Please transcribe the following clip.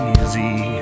easy